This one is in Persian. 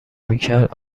میکرد